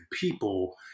people